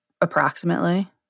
approximately